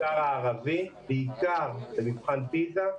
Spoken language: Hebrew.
במגזר הערבי, בעיקר במבחן פיזה,